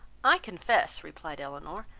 i confess, replied elinor,